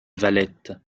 valette